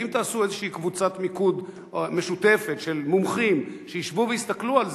ואם תעשו איזושהי קבוצת מיקוד משותפת של מומחים שישבו ויסתכלו על זה,